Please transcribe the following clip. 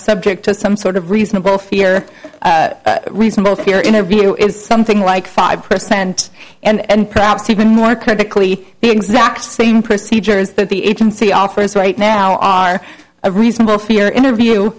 subject to some sort of reasonable fear reasonable fear interview is something like five percent and perhaps even more critically the exact same procedures that the agency offers right now are a reasonable fear interview